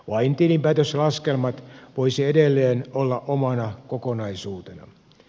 vain tilinpäätöslaskelmat voisivat edelleen olla omana kokonaisuutenaan